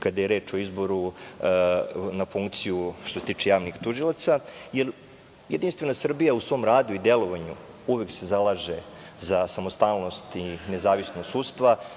kada je reč o izboru na funkciju javnih tužilaca. Jedinstvena Srbija u svom radu i delovanju uvek se zalaže za samostalnost i nezavisnost sudstva.